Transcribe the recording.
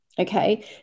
Okay